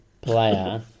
player